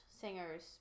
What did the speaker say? singers